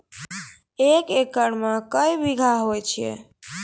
एक एकरऽ मे के बीघा हेतु छै?